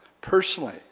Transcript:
personally